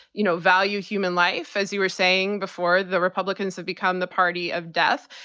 you know, value human life, as you were saying before, the republicans have become the party of death.